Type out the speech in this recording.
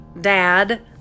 Dad